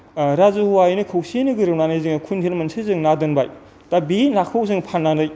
राजुहुवायैनो खौसेयैनो गोरोबनानै जों खुंगेर मोनसे जोरनानै दोनबाय दा बे नाखौ जों फाननानै